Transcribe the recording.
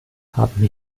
haben